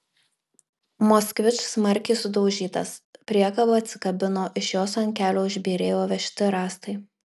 moskvič smarkiai sudaužytas priekaba atsikabino iš jos ant kelio išbyrėjo vežti rąstai